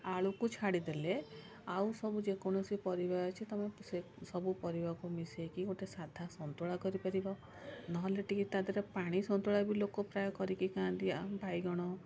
ଆଳୁକୁ ଛାଡ଼ିଦେଲେ ଆଉ ସବୁ ଯେକୌଣସି ପରିବା ଅଛି ତୁମେ ସବୁ ପରିବାକୁ ମିଶେଇକି ଗୋଟେ ସାଧା ସନ୍ତୁଳା କରିପାରିବ ନହେଲେ ଟିକିଏ ତା' ଦେହରେ ପାଣି ସନ୍ତୁଳା ବି ଲୋକ ପ୍ରାୟ କରିକି ଖାଆନ୍ତି ବାଇଗଣ